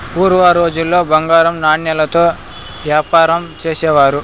పూర్వం రోజుల్లో బంగారు నాణాలతో యాపారం చేసేవారు